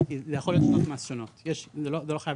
זה יכול להיות שנות מס שונות זה לא חייב